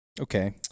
Okay